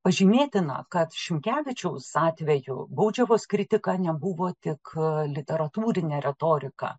pažymėtina kad šimkevičiaus atveju baudžiavos kritika nebuvo tik literatūrinė retorika